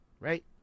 right